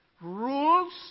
rules